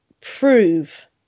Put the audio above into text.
prove